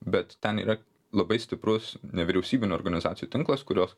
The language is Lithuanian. bet ten yra labai stiprus nevyriausybinių organizacijų tinklas kurios